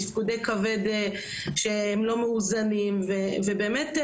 תפקודי כבד שהם לא מאוזנים ובאמת,